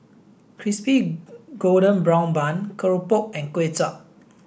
Crispy Golden Brown Bun Keropok and Kuay Chap